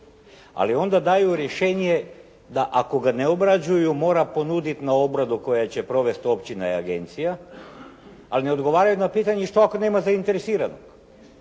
Ali onda daju rješenje da ako ga ne obrađuju mora ponuditi na obradu koju će provesti općina i agencija, ali ne odgovaraju na pitanje što ako nema zainteresiranog.